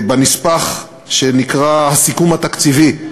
בנספח שנקרא "הסיכום התקציבי",